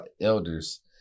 elders